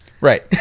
right